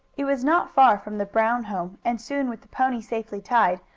it was not far from the brown home, and soon, with the pony safely tied,